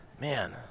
Man